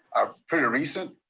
ah pretty recent,